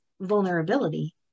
vulnerability